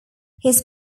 his